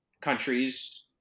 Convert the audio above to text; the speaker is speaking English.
countries